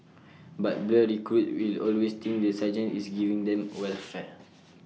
but blur recruits will always think the sergeant is giving them welfare